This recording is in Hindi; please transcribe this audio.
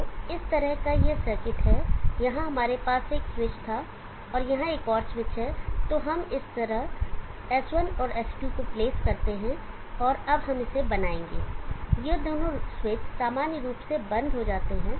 तो इस तरह का यह सर्किट है यहां हमारे पास एक स्विच था और यहां एक और स्विच है तो हम इस तरह S1 और S2 को प्लेस करते हैं और अब हम इसे बनाएंगे ये दोनों स्विच सामान्य रूप से बंद हो जाते हैं